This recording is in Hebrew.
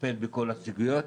לטפל בכל הסוגיות,